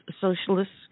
socialists